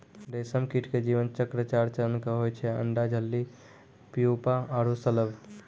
रेशम कीट के जीवन चक्र चार चरण के होय छै अंडा, इल्ली, प्यूपा आरो शलभ